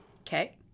Okay